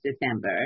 December